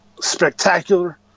spectacular